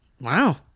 Wow